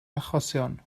achosion